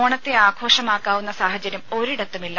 ഓണത്തെ ആഘോഷമാക്കാവുന്ന സാഹചര്യം ഒരിടത്തുമില്ല